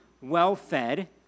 well-fed